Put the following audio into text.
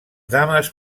dames